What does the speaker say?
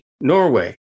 Norway